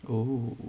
oh